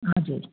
हजुर